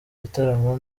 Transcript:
gitaramo